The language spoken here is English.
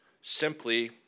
simply